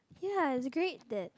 ya it's a great that